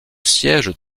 siège